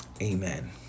Amen